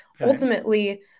ultimately